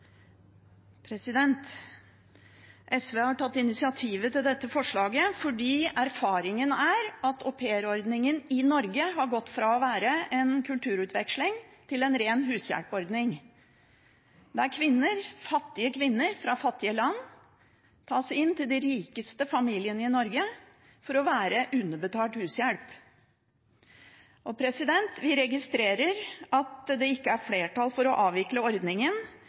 at aupairordningen i Norge har gått fra å være en kulturutveksling til en ren hushjelpsordning. Kvinner, fattige kvinner fra fattige land, tas inn til de rikeste familiene i Norge for å være underbetalt hushjelp. Vi registrerer at det ikke er flertall for å avvikle ordningen,